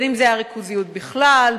הריכוזיות בכלל,